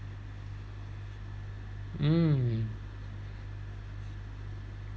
mm